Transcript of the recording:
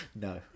No